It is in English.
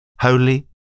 holy